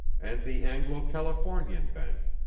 and the anglo-californian bank,